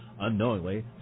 Unknowingly